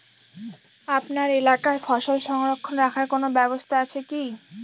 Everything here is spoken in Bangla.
আপনার এলাকায় ফসল সংরক্ষণ রাখার কোন ব্যাবস্থা আছে কি?